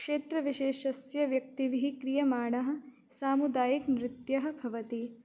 क्षेत्रविशेषस्य व्यक्तिभिः क्रियमाणः सामुदायिकनृत्यं भवति